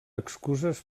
excuses